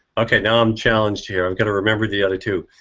okay now i'm challenged here i've got to remember the other two.